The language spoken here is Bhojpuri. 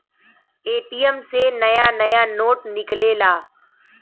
ए.टी.एम से नया नया नोट निकलेला